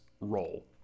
role